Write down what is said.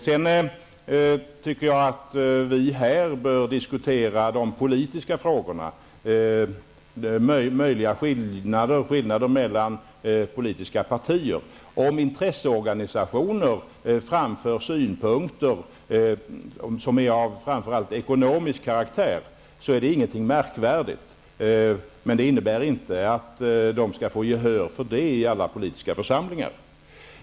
Jag tycker att vi här skall diskutera de politiska frågorna, möjliga skillnader mellan politiska partier. Om intresseorganisationer framför synpunkter, som är av framför allt ekonomisk karaktär, så är det ingenting märkvärdigt. Men det innebär inte att de skall få gehör för dessa synpunkter i alla politiska församlingar.